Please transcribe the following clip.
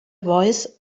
voice